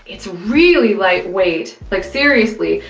it's really lightweight, like seriously.